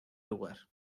lugar